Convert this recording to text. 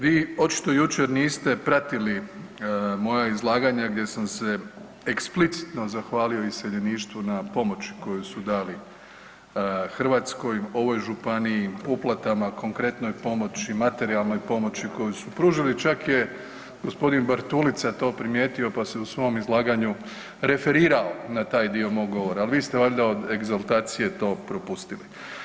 Vi očito jučer niste pratili moja izlaganja gdje sam se eksplicitno zahvalio iseljeništvu na pomoći koju su dali Hrvatskoj, ovoj županiji, uplatama, konkretnoj pomoći, materijalnoj pomoći koju su pružili, čak je g. Bartulica to primijetio, pa se u svom izlaganju referirao na taj dio mog govora, al vi ste valjda od egzultacije to propustili.